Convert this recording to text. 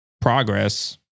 progress